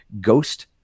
ghost